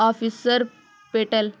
officer petal